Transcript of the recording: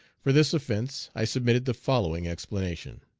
for this offence, i submitted the following explanation